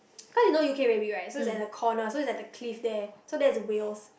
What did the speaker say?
cause you know U_K very big right so is at the corner so is at the cliff there so that's Wales